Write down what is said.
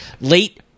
Late